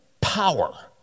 power